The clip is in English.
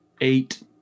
eight